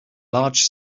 large